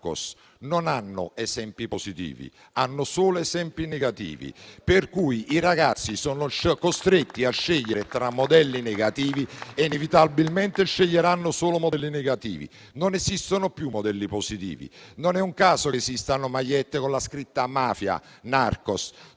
non hanno esempi positivi, ma solo negativi. I ragazzi sono quindi costretti a scegliere tra modelli negativi e inevitabilmente sceglieranno solo modelli negativi. Non esistono più modelli positivi. Non è un caso che esistano magliette con la scritta «mafia» o «narcos»;